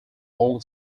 long